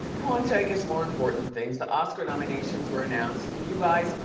onto i guess, more important things. the oscar nominations were announced. you guys,